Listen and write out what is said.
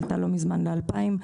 עלתה לא מזמן ב-2,000,